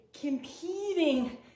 competing